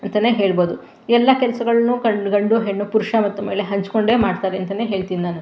ಅಂತಲೇ ಹೇಳ್ಬೋದು ಎಲ್ಲ ಕೆಲಸಗಳ್ನೂ ಕಣ್ಣು ಗಂಡು ಹೆಣ್ಣು ಪುರುಷ ಮತ್ತು ಮಹಿಳೆ ಹಂಚಿಕೊಂಡೆ ಮಾಡ್ತಾರೆ ಅಂತಲೇ ಹೇಳ್ತೀನಿ ನಾನು